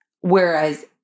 Whereas